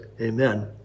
Amen